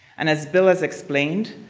and as bill has explained,